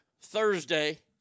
Thursday